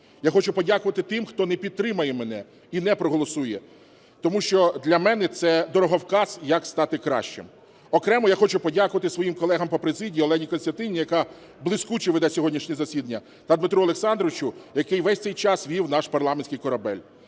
Я хочу подякувати тим, хто не підтримає мене і не проголосує, тому що для мене це дороговказ, як стати кращим. Окремо я хочу подякувати своїм колегам по президії – Олені Костянтинівні, яка блискуче веде сьогоднішнє засідання, та Дмитру Олександровичу, який весь цей час вів наш парламентський корабель.